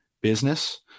business